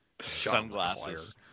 sunglasses